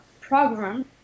program